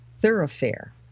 thoroughfare